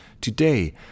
Today